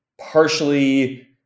partially